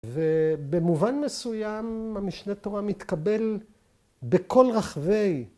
‫ובמובן מסוים המשנה תורה ‫מתקבל בכל רחבי.